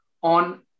on